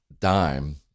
dime